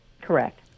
correct